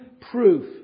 proof